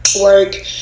work